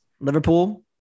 liverpool